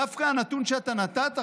דווקא הנתון שאתה נתת,